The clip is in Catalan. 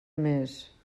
més